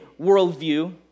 worldview